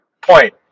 point